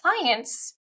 clients